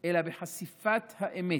אלא בחשיפת האמת,